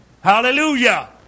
Hallelujah